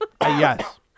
Yes